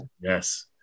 Yes